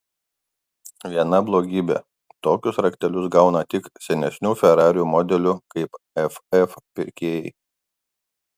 viena blogybė tokius raktelius gauna tik senesnių ferarių modelių kaip ff pirkėjai